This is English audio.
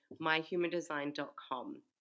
myhumandesign.com